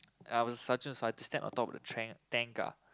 I was sergeant so I just stand on top of the train and tank ah